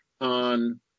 on